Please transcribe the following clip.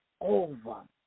over